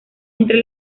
entre